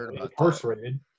incarcerated